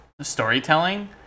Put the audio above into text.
storytelling